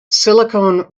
silicone